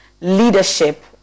leadership